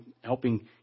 helping